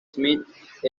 smith